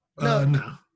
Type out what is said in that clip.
No